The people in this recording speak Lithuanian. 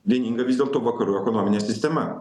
vieninga vis dėlto vakarų ekonominė sistema